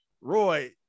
Roy